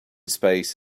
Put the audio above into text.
space